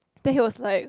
then he was like